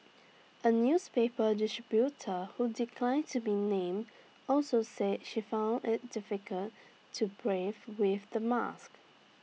A newspaper distributor who declined to be named also said she found IT difficult to breathe with the mask